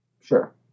Sure